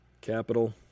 Capital